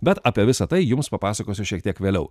bet apie visa tai jums papasakosiu šiek tiek vėliau